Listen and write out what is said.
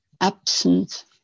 absent